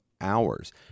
hours